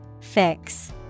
Fix